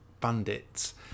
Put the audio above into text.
Bandits